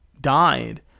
died